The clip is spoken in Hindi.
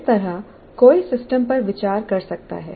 इस तरह कोई सिस्टम पर विचार कर सकता है